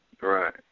Right